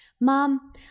Mom